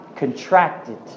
Contracted